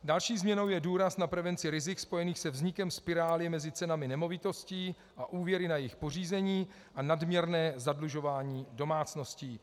Další změnou je důraz na prevenci rizik spojených se vznikem spirály mezi cenami nemovitostí a úvěry na jejich pořízení a nadměrné zadlužování domácností.